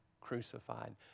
crucified